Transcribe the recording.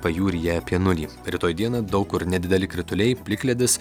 pajūryje apie nulį rytoj dieną daug kur nedideli krituliai plikledis